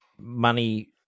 money